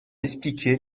expliquait